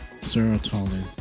serotonin